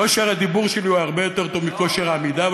כושר הדיבור שלי הוא הרבה יותר טוב מכושר העמידה.